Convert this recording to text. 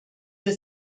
der